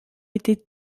été